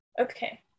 Okay